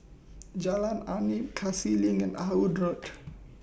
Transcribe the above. Jalan Arnap Cassia LINK and Ah Hood Road